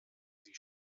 sie